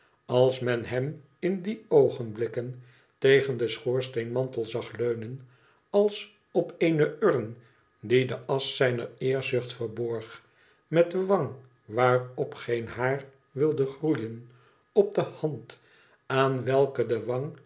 als men hem in die oogenblikken tegen den schoorsteenmantel zag leunen als op eene urn die de asch zijner eerzucht verborg met de wang waarop geen haar wilde groeien op de hand aan welke de